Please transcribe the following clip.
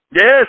Yes